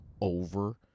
over